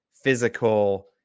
physical